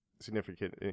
significant